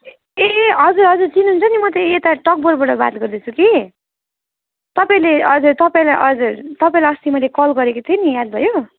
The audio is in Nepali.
ए हजुर हजुर चिन्नुहुन्छ नि म त यता टकभरबाट बात गर्दैछु कि तपाईँले हजुर तपाईँलाई हजुर तपाईँलाई अस्ती मैले कल गरेको थिएँ नि याद भयो